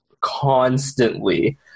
constantly